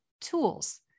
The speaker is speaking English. tools